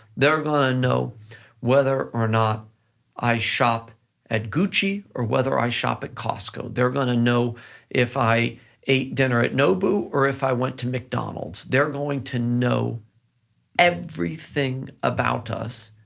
they're gonna know whether or not i shop at gucci or whether i shop at costco. they're gonna know if i ate dinner at nobu, or if i went to mcdonald's. they're going to know everything about us,